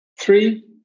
Three